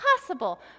possible